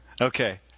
Okay